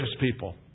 people